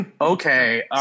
Okay